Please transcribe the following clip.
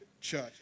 church